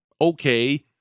okay